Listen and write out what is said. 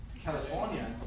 California